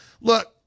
Look